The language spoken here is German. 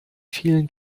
vielen